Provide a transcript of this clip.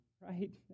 right